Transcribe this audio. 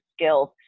skills